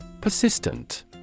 Persistent